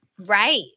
Right